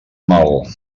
mal